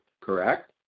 correct